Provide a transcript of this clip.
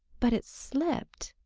but it slipped!